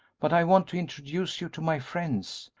but i want to introduce you to my friends.